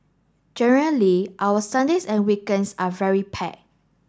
generally our Sundays and weekends are very packed